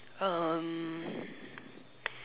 um